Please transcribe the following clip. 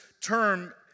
term